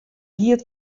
giet